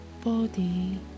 body